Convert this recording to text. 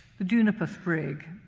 the juniper sprig,